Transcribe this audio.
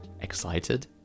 excited